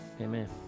amen